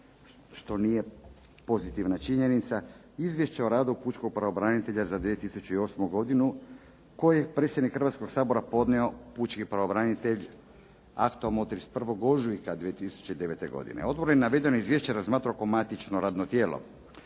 što nije pozitivna činjenica, Izvješće o radu pučkog pravobranitelja za 2008. godinu, koje je predsjedniku Hrvatskog sabora podnio pučki pravobranitelj aktom od 31. ožujka 2009. godine. Odbor je navedeno izvješće razmatrao kao matično radno tijelo.